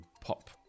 pop